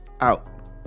out